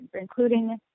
including